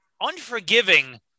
unforgiving